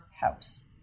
house